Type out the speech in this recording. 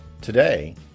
Today